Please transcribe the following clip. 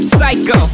Psycho